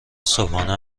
صبحانه